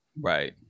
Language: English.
Right